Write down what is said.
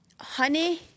honey